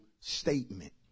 statement